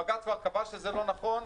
בג"ץ כבר קבע שזה לא נכון.